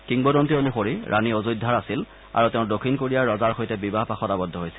কিংবদন্তী অনুসৰি ৰাণী অযোধ্যাৰ আছিল আৰু তেওঁ দক্ষিণ কোৰিয়াৰ ৰজাৰ সৈতে বিবাহ পাশত আৱদ্ধ হৈছিল